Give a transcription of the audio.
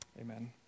Amen